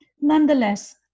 nonetheless